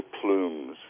plumes